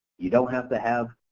you don't have to have,